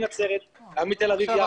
גם מנצרת גם מתל אביב-יפו.